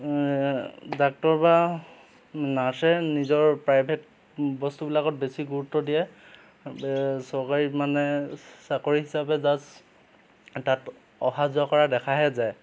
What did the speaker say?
doctor বা নাৰ্চে নিজৰ প্ৰাইভেট বস্তুবিলাকত বেছি গুৰুত্ব দিয়ে চৰকাৰী মানে চাকৰি হিচাপে জাষ্ট তাত অহা যোৱা কৰা দেখাহে যায়